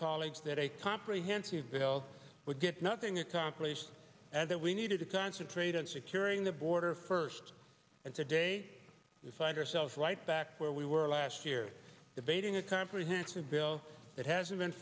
colleagues that a comprehensive bill would get nothing accomplished at that we needed to concentrate on securing the border first and today we find ourselves right back where we were last year debating a comprehensive bill that hasn't been